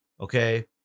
Okay